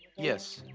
yes,